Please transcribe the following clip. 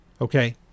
okay